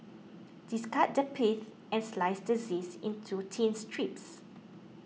discard the pith and slice the zest into thin strips